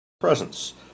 presence